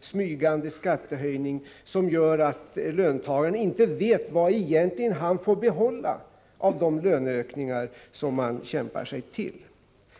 smygande skattehöjning som medför att de inte vet hur mycket de egentligen får behålla av de löneökningar som de kämpar sig till.